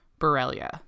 Borrelia